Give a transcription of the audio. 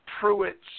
Pruitt